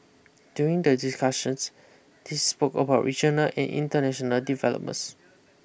during the discussions they spoke about regional and international developments